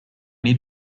need